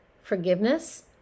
forgiveness